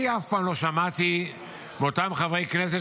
אני אף פעם לא שמעתי מאותם חברי כנסת,